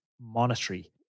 monetary